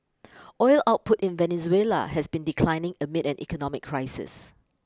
oil output in Venezuela has been declining amid an economic crisis